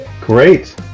Great